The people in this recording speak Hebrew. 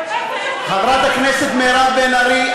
חברת הכנסת מירב בן ארי,